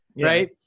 Right